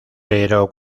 pero